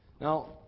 Now